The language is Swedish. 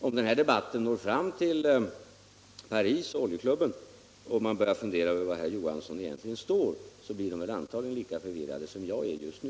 Om den här debatten når fram till Paris och Oljeklubben, och man börjar fundera över var herr Johansson egentligen står, så blir de väl där lika förvirrade som jag är just nu.